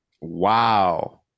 Wow